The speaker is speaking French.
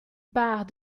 part